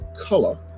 color